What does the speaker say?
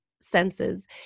senses